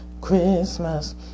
Christmas